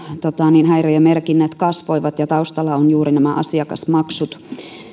maksuhäiriömerkinnät kasvoivat ja taustalla ovat juuri nämä asiakasmaksut